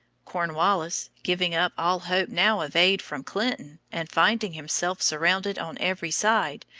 cornwallis, giving up all hope now of aid from clinton, and finding himself surrounded on every side,